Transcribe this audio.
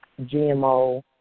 GMO